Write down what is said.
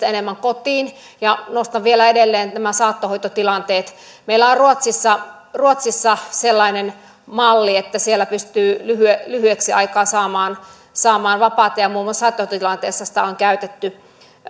enemmän kotiin ja nostan vielä edelleen nämä saattohoitotilanteet ruotsissa ruotsissa on sellainen malli että siellä pystyy lyhyeksi lyhyeksi aikaa saamaan saamaan vapaata ja muun muassa saattohoitotilanteessa sitä on käytetty